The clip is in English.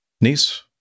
niece